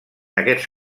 aquests